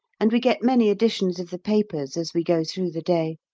and we get many editions of the papers as we go through the day.